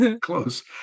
Close